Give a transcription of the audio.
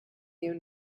you